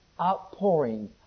outpouring